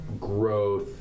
growth